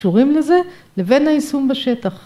‫קשורים לזה לבין היישום בשטח.